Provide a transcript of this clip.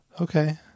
okay